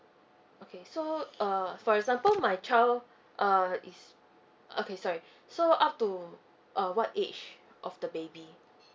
okay so uh for example my child uh is okay sorry so up to uh what age of the baby